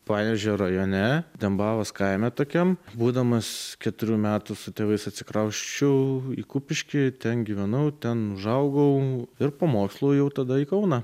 panevėžio rajone dembavos kaime tokiam būdamas keturių metų su tėvais atsikrausčiau į kupiškį ten gyvenau ten užaugau ir po mokslų jau tada į kauną